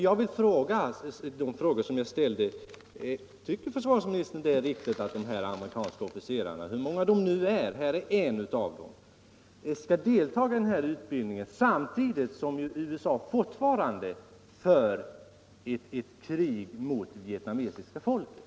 Jag vill upprepa den fråga som jag ställde: Tycker försvarsministern att det är riktigt att dessa amerikanska officerare — hur många de nu är, här är en av dem -— skall delta i denna utbildning samtidigt som ju USA fortfarande för ett krig mot vietnamesiska folket?